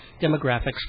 Demographics